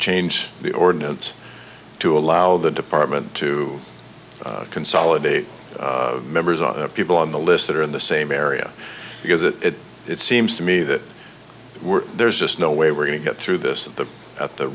change the ordinance to allow the department to consolidate members of people on the list that are in the same area because that it seems to me that we're there's just no way we're going to get through this the at the